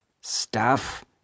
Stuff